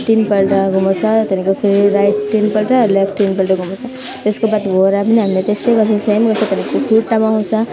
तिन पल्ट घुमाउँछु त्यहाँदेखिको फेरि राइट तिन पल्ट लेफ्ट तिन पल्ट घुमाउँछु त्यसको बाद घुमाएर पनि हामीले त्यस्तो गर्छु सेम गर्छ तर त्यो खुट्टामा आउँछ